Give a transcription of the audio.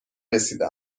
رسیده